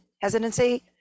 hesitancy